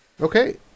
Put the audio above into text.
Okay